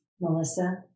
Melissa